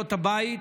סיעות הבית.